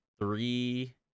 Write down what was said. three